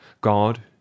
God